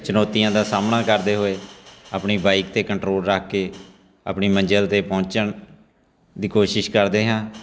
ਚੁਣੌਤੀਆਂ ਦਾ ਸਾਹਮਣਾ ਕਰਦੇ ਹੋਏ ਆਪਣੀ ਬਾਈਕ 'ਤੇ ਕੰਟਰੋਲ ਰੱਖ ਕੇ ਆਪਣੀ ਮੰਜ਼ਿਲ 'ਤੇ ਪਹੁੰਚਣ ਦੀ ਕੋਸ਼ਿਸ਼ ਕਰਦੇ ਹਾਂ